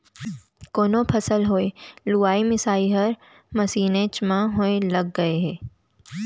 कोनो फसल होय लुवई मिसई हर मसीनेच म होय लग गय हे